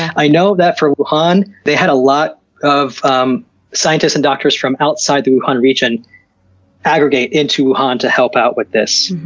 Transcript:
i know that for wuhan they had a lot of um scientists and doctors from outside the wuhan region aggregate into wuhan to help out with this.